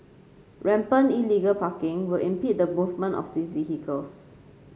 rampant illegal parking will impede the movement of these vehicles